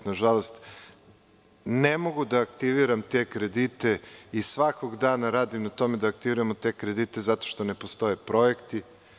Nažalost, ne mogu da aktiviram te kredite i svakog dana radim na tome da aktiviramo te kredite, ali, ne postoje projekti.